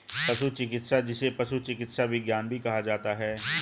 पशु चिकित्सा, जिसे पशु चिकित्सा विज्ञान भी कहा जाता है